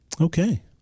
Okay